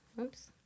Oops